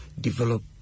develop